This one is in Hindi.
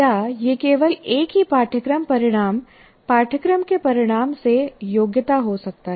या यह केवल एक ही "पाठ्यक्रम परिणाम" पाठ्यक्रम के परिणाम से योग्यता हो सकता है